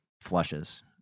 flushes